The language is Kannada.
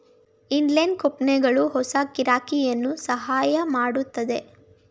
ಇನ್ನೇನ್ ಕೂಪನ್ಗಳು ಹೊಸ ಗಿರಾಕಿಗಳನ್ನು ಸಹಾಯ ಮಾಡುತ್ತದೆ